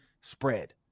spread